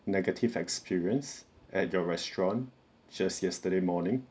negative experience at your restaurant just yesterday morning